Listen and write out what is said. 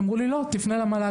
אמרו לי: לא, תפנה למל"ג.